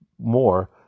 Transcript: more